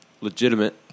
legitimate